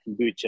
kombucha